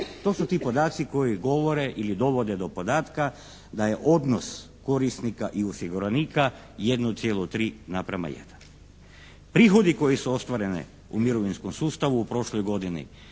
To su ti podaci koji govore ili dovode do podatka da je odnos korisnika i osiguranika 1,3:1. Prihodi koji su ostvareni u mirovinskom sustavu, prošle godine